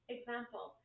Example